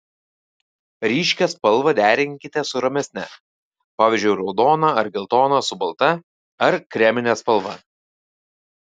ryškią spalvą derinkite su ramesne pavyzdžiui raudoną ar geltoną su balta ar kremine spalva